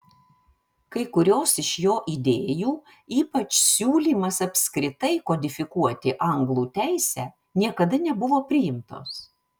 kai kurios iš jo idėjų ypač siūlymas apskritai kodifikuoti anglų teisę niekada nebuvo priimtos